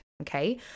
okay